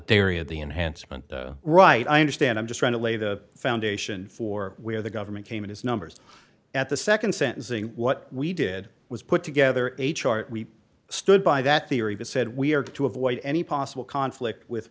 dairy of the enhancement right i understand i'm just trying to lay the foundation for where the government came in its numbers at the nd sentencing what we did was put together a chart we stood by that theory that said we are to avoid any possible conflict with